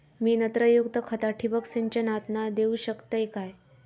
मी नत्रयुक्त खता ठिबक सिंचनातना देऊ शकतय काय?